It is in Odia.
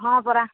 ହଁ ପରା